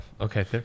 okay